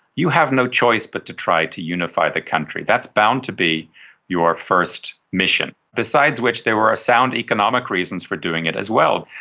you have no choice but to try to unify the country. that's bound to be your first mission. besides which there were ah sound economic reasons for doing it as well.